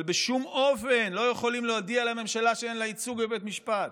אבל בשום אופן לא יכולים להודיע לממשלה שאין לה ייצוג בבית משפט.